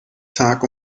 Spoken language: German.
tag